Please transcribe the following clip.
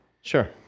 Sure